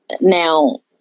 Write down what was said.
now